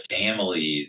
families